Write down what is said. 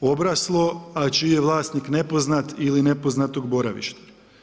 obraslo, a čiji je vlasnik nepoznat ili nepoznatog boravišta.